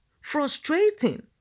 frustrating